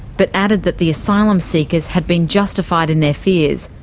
but added that the asylum seekers had been justified in their fears,